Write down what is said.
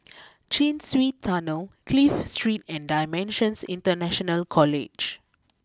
Chin Swee Tunnel Clive Street and dimensions International College